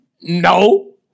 no